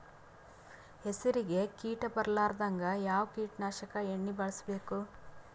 ಹೆಸರಿಗಿ ಕೀಟ ಬರಲಾರದಂಗ ಯಾವ ಕೀಟನಾಶಕ ಎಣ್ಣಿಬಳಸಬೇಕು?